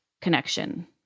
connection